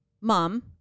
Mom